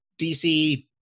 dc